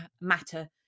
matter